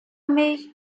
mich